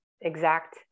exact